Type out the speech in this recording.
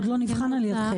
עוד לא נבחן על ידכם.